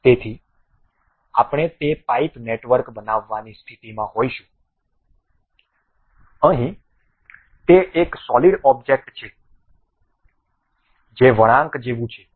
તેથી આપણે તે પાઇપ નેટવર્ક બનાવવાની સ્થિતિમાં હોઈશું અહીં તે એક સોલિડ ઓબ્જેક્ટ છે જે વળાંક જેવું છે